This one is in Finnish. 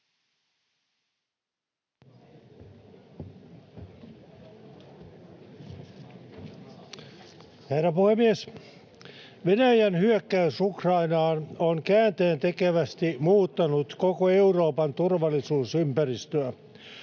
Herra puhemies! Venäjän hyökkäys Ukrainaan on käänteentekevästi muuttanut koko Euroopan turvallisuusympäristöä.